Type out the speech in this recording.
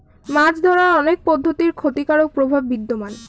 মাছ ধরার অনেক পদ্ধতির ক্ষতিকারক প্রভাব বিদ্যমান